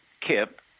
Kip